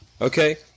Okay